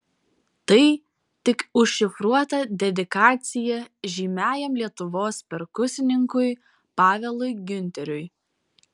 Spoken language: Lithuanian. tai tik užšifruota dedikacija žymiajam lietuvos perkusininkui pavelui giunteriui